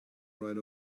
right